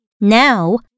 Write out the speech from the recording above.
Now